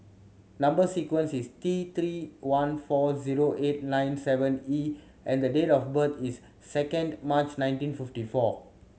number sequence is T Three one four zero eight nine seven E and the date of birth is second March nineteen fifty four